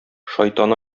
шайтан